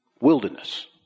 Wilderness